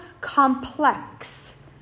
complex